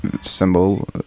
symbol